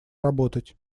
работать